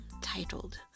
titled